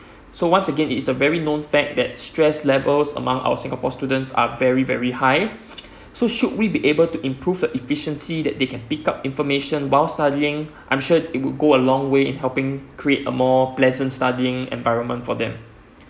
so once again it's a very known fact that stress levels among our singapore students are very very high so should we be able to improve the efficiency that they can pick up information while studying I'm sure it will go a long way in helping create a more pleasant studying environment for them